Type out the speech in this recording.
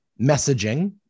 messaging